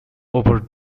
over